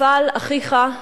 נפל אחיך,